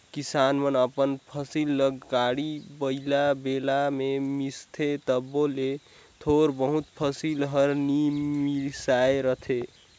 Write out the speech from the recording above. किसान मन अपन फसिल ल गाड़ी बइला, बेलना मे मिसथे तबो ले थोर बहुत फसिल हर नी मिसाए रहें